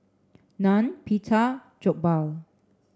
Naan Pita Jokbal